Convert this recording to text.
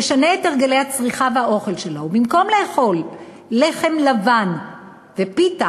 תשנה את הרגלי הצריכה והאוכל שלה ובמקום לאכול לחם לבן ופיתה